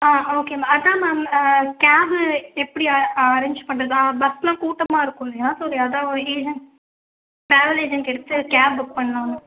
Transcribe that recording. ஆ okay ma'am அதான் ma'am cab எப்படி அ அரேஞ்ச் பண்ணுறதா பஸ்லாம் கூட்டமாக இருக்கும் இல்லையா ஸோ அதான் ஏஜெண்ட் ட்ராவல் ஏஜெண்ட் எடுத்து கேப் புக் பண்ணலான்னு